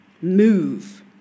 move